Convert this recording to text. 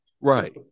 right